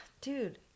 dude